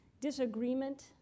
disagreement